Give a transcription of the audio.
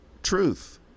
truth